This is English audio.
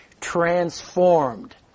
transformed